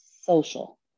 social